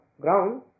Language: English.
ground